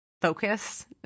focus